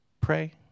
pray